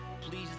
please